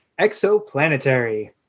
Exoplanetary